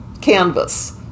canvas